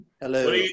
hello